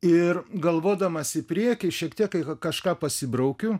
ir galvodamas į priekį šiek tiek kažką pasibraukiu